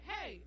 Hey